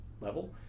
level